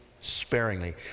sparingly